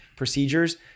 Procedures